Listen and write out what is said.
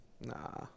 Nah